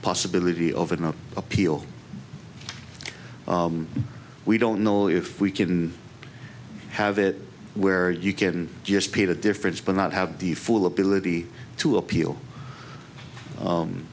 possibility of an appeal we don't know if we can have it where you can just pay the difference but not have the full ability to appeal